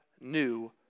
new